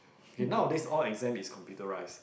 okay nowadays all exam is computerised